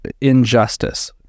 injustice